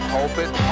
Pulpit